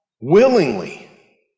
willingly